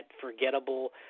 forgettable